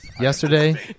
yesterday